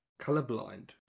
colorblind